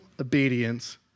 obedience